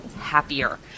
happier